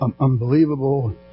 unbelievable